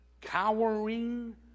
cowering